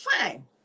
fine